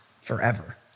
forever